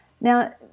Now